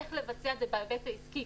איך לבצע את זה בהיבט העסקי